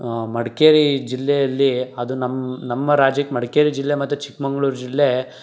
ಮಡಿಕೇರಿ ಜಿಲ್ಲೆಯಲ್ಲಿ ಅದು ನಮ್ಮ ನಮ್ಮ ರಾಜ್ಯಕ್ಕೆ ಮಡಿಕೇರಿ ಜಿಲ್ಲೆ ಮತ್ತು ಚಿಕ್ಕ್ಮಗ್ಳೂರು ಜಿಲ್ಲೆ